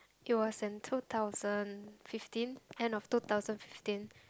it was in two thousand fifteen end of two thousand fifteen